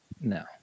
No